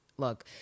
Look